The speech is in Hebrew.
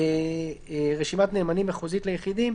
"רשימת נאמנים מחוזית ליחידים"